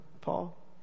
Paul